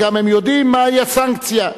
גם הם יודעים מהי הסנקציה.